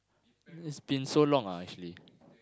it's been so long ah actually